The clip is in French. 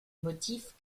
motif